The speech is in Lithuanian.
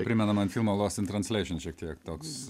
primena man filmą lost in transleišin šiek tiek toks